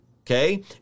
Okay